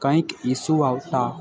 કંઈક ઇસ્યુ આવતાં